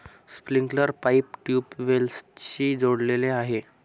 sprinkler pipe ट्यूबवेल्सशी जोडलेले आहे